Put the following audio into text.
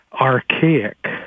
archaic